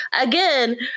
again